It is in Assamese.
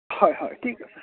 হয় ঠিক আছে